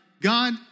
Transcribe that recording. God